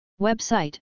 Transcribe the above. Website